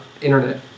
internet